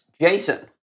Jason